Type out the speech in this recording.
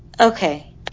Okay